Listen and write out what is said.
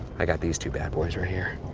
i got these two bad boys right here.